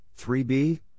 3b